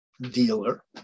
dealer